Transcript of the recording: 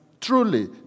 truly